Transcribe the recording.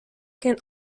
can